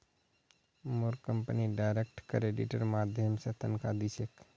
मोर company direct क्रेडिटेर माध्यम स तनख़ा दी छेक